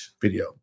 video